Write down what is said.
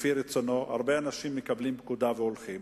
לפי רצונו, הרבה אנשים מקבלים פקודה והולכים.